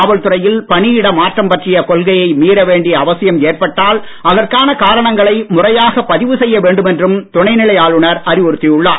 காவல்துறையில் பணியிட மாற்றம் பற்றிய கொள்கையை மீற வேண்டிய அவசியம் ஏற்பட்டால் அதற்கான காரணங்களை முறையாகப் பதிவுசெய்ய வேண்டும் என்றும் துணைநிலை ஆளுனர் அறிவுறுத்தி உள்ளார்